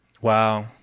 Wow